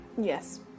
Yes